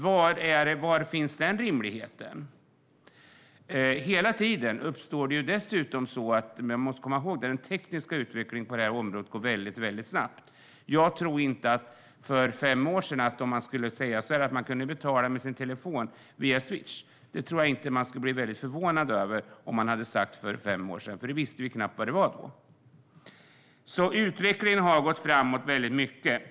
Var finns rimligheten i detta? Man måste komma ihåg att den tekniska utvecklingen på det här området går väldigt snabbt. Om vi för fem år sedan hade sagt att man skulle kunna betala med Swish via sin telefon hade man nog blivit förvånad, för då visste man knappt vad det var. Utvecklingen har gått framåt mycket.